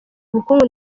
ubukungu